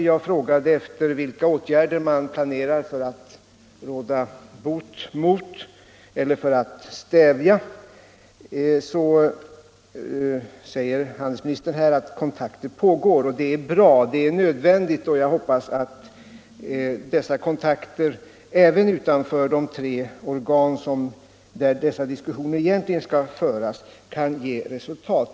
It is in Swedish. Jag frågade vilka åtgärder man planerar för att råda bot för eller stävja de protektionistiska tendenserna. Handelsministern svarade att kontakter pågår, och det är bra och nödvändigt. Jag hoppas att dessa kontakter —- även utanför de tre organ där dessa diskussioner egentligen skall föras —- kan ge resultat.